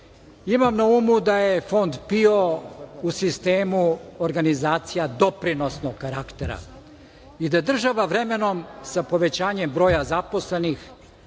Imam na umu da je Fond PIO u sistemu organizacija doprinosnog karaktera i da država vremenom sa povećanjem broja zaposlenih